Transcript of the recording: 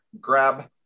grab